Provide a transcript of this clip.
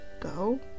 go